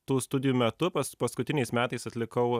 tų studijų metu pas paskutiniais metais atlikau